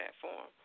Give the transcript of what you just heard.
platform